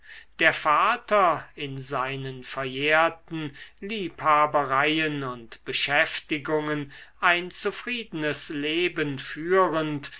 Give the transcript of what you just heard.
der vater in seinen verjährten liebhabereien und beschäftigungen ein zufriedenes leben führend